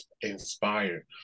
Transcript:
inspired